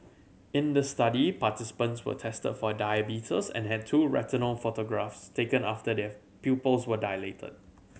in the study participants were tested for diabetes and had two retinal photographs taken after their pupils were dilated